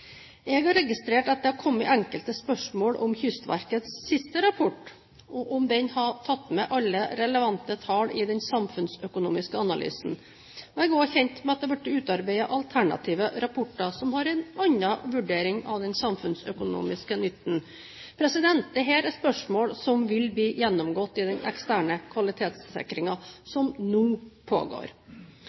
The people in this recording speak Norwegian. Jeg har registrert at det har kommet enkelte spørsmål om Kystverkets siste rapport, og om den har tatt med alle relevante tall i den samfunnsøkonomiske analysen. Jeg er også kjent med at det har blitt utarbeidet alternative rapporter, som har en annen vurdering av den samfunnsøkonomiske nytten. Dette er spørsmål som vil bli gjennomgått i den eksterne kvalitetssikringen som nå pågår.